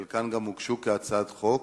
חלקן גם הוגשו כהצעות חוק.